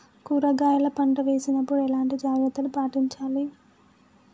కూరగాయల పంట వేసినప్పుడు ఎలాంటి జాగ్రత్తలు పాటించాలి?